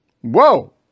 Whoa